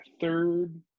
third